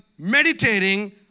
meditating